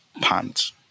pants